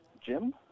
Jim